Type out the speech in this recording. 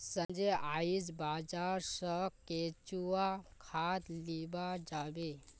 संजय आइज बाजार स केंचुआ खाद लीबा जाबे